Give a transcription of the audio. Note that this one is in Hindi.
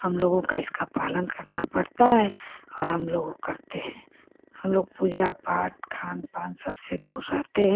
हम लोगों को इसका पालन करना पड़ता है और हम लोगो करते हैं हम लोग पूजा पाठ खान पान सबसे दूर रहते हैं